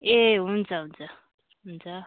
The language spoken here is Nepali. ए हुन्छ हुन्छ हुन्छ